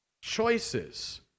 choices